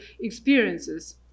experiences